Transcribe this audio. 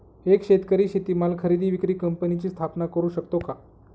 एक शेतकरी शेतीमाल खरेदी विक्री कंपनीची स्थापना करु शकतो का?